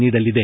ನೀಡಲಿದೆ